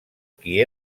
qui